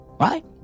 right